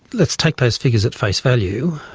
let's take those figures at face value.